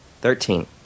Thirteen